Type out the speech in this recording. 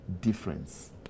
difference